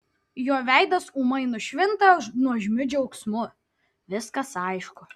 jo veidas ūmai nušvinta nuožmiu džiaugsmu viskas aišku